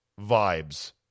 vibes